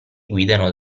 guidano